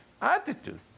Attitude